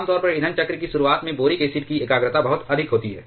आमतौर पर ईंधन चक्र की शुरुआत में बोरिक एसिड की एकाग्रता बहुत अधिक होती है